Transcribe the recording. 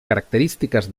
característiques